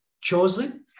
chosen